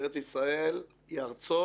ארץ ישראל היא ארצו